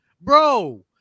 bro